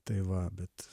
tai va bet